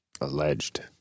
Alleged